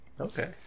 Okay